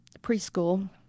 preschool